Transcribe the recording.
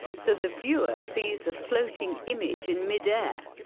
so the viewer sees a floating image in midair.